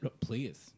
Please